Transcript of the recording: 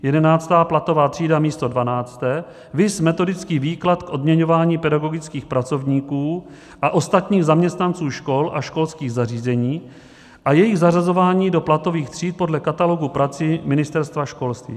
Jedenáctá platová třída místo dvanácté, viz Metodický výklad k odměňování pedagogických pracovníků a ostatních zaměstnanců škol a školských zařízení a jejich zařazování do platových tříd podle katalogu prací Ministerstva školství.